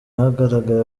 hagaragaye